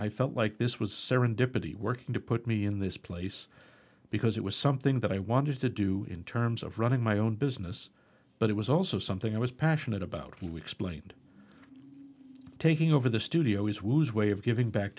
i felt like this was serendipity working to put me in this place because it was something that i wanted to do in terms of running my own business but it was also something i was passionate about and we explained taking over the studio is wu's way of giving back